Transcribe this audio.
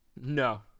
No